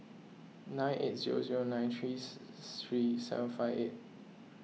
nine eight zero zero nine three three seven five eight